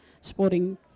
sporting